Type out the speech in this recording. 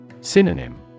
Synonym